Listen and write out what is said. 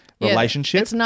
relationship